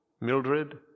Mildred